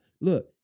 Look